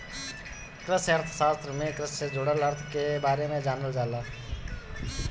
कृषि अर्थशास्त्र में कृषि से जुड़ल अर्थ के बारे में जानल जाला